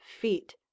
feet